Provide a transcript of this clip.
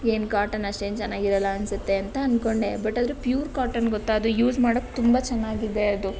ಏನು ಕಾಟನ್ ಅಷ್ಟು ಏನೂ ಚೆನ್ನಾಗಿರಲ್ಲ ಅನ್ನಿಸುತ್ತೆ ಅಂತ ಅಂದ್ಕೊಂಡೆ ಬಟ್ ಆದರೆ ಪ್ಯೂರ್ ಕಾಟನ್ ಗೊತ್ತಾ ಅದು ಯೂಸ್ ಮಾಡಕ್ಕೆ ತುಂಬ ಚೆನ್ನಾಗಿದೆ ಅದು